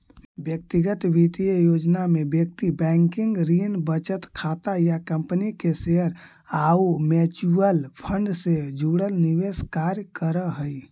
व्यक्तिगत वित्तीय योजना में व्यक्ति बैंकिंग, ऋण, बचत खाता या कंपनी के शेयर आउ म्यूचुअल फंड से जुड़ल निवेश कार्य करऽ हइ